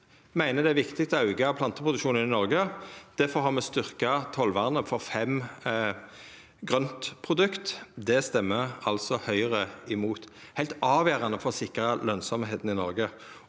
Eg meiner det er viktig å auka planteproduksjonen i Noreg. Difor har me styrkt tollvernet for fem grøntprodukt. Det stemmer altså Høgre imot. Det er heilt avgjerande for å sikra lønsemda i Noreg.